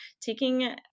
taking